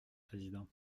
président